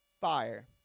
fire